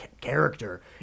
character